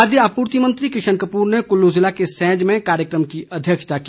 खाद्य आपूर्ति मंत्री किशन कपूर ने कुल्लू ज़िले के सैंज में कार्यक्रम की अध्यक्षता की